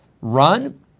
run